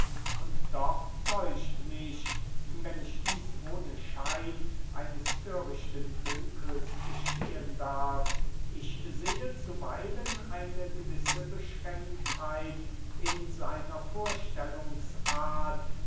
und doch däucht mich wenn ich dieß ohne schein eines thörichten dünkels gestehen darf ich sehe zuweilen eine gewisse beschränktheit in seiner